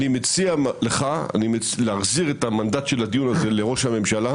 אני מציע לך להחזיר את המנדט של הדיון הזה לראש הממשלה.